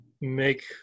make